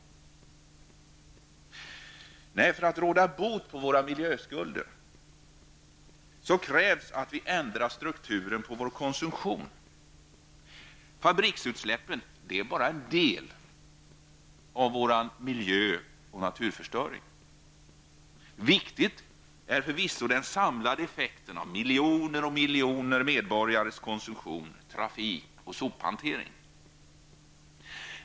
För att råda bot på våra miljöskulder krävs att vi ändrar strukturen på vår konsumtion. Fabriksutsläppen är bara en del av vår miljö och naturförstöring. Viktigt är förvisso den samlade effekten av miljoner och åter miljoner medborgares konsumtion, av trafik och av sophantering.